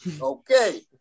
Okay